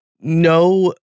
No